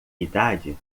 idade